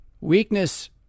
Weakness